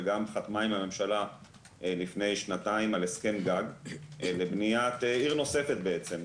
וגם חתמה עם הממשלה לפני שנתיים על הסכם גג לבניית עיר נוספת בעצם,